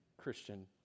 christian